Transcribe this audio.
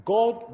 God